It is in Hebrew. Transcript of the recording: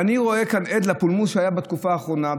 ואני כעד לפולמוס שהיה בתקופה האחרונה,